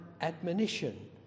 admonition